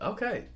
Okay